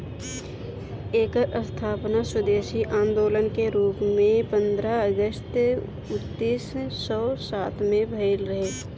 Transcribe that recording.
एकर स्थापना स्वदेशी आन्दोलन के रूप में पन्द्रह अगस्त उन्नीस सौ सात में भइल रहे